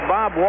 Bob